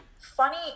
funny